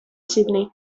sydney